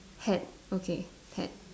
hat okay hat